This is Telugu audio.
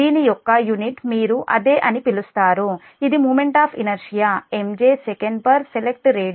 దీని యొక్క యూనిట్ మీరు అదే అని పిలుస్తారు ఇది moment of inertia MJ sec select radian